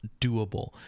doable